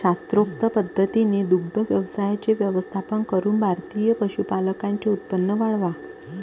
शास्त्रोक्त पद्धतीने दुग्ध व्यवसायाचे व्यवस्थापन करून भारतीय पशुपालकांचे उत्पन्न वाढवा